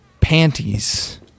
panties